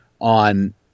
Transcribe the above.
on